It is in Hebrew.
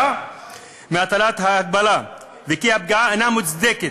מהטלת ההגבלה וכי הפגיעה אינה מוצדקת.